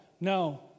no